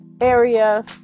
area